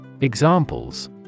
Examples